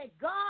God